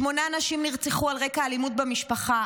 שמונה נשים נרצחו על רקע אלימות במשפחה,